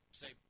say